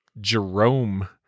jerome